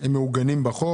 הם מעוגנים בחוק?